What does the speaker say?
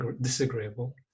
disagreeable